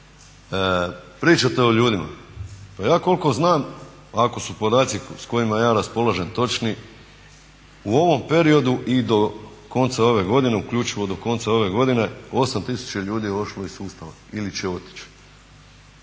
Pričate o ljudima, pa ja koliko znam ako su podaci s kojima ja raspolažem točni u ovom periodu i do konca ove godine uključivo do konca ove godine 8 tisuća ljudi je otišlo iz sustava ili će otići.